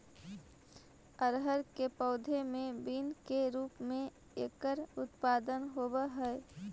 अरहर के पौधे मैं बीन के रूप में एकर उत्पादन होवअ हई